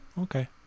Okay